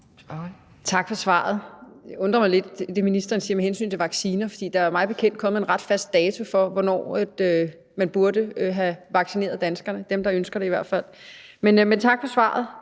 Tak for svaret. Det undrer mig lidt, hvad ministeren siger med hensyn til vacciner, for der er mig bekendt kommet en ret fast dato for, hvornår man burde have vaccineret danskerne – dem, der ønsker det i hvert fald. Musik i Lejet